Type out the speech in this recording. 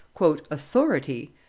authority